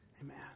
Amen